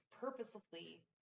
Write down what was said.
purposefully